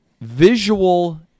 visual